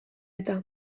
eta